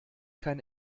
kein